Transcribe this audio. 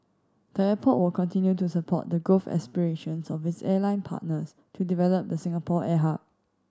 the airport will continue to support the growth aspirations of its airline partners to develop the Singapore air hub